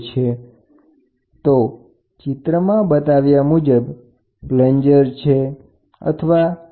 તો તમે એહી જોશો તો આ પ્રમાણે તે છે અહી પ્રેસર ગેજ છે અહી ચેમ્બર છે અને ત્યાં ડેડ વેઇટ છે